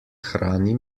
hrani